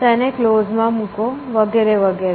તેને કલોઝ માં મુકો વગેરે વગેરે